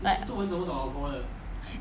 like